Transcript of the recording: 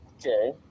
Okay